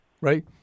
right